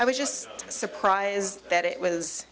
i was just surprised that it was